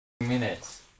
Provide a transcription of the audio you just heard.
minutes